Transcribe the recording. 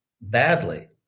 Badly